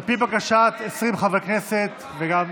על פי בקשת 20 חברי כנסת, אנחנו